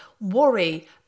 worry